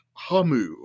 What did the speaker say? Hamu